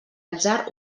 atzar